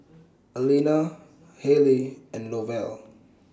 Alena Hale and Lovell